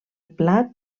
plat